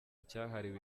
cyahariwe